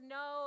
no